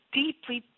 deeply